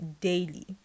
daily